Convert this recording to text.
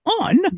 on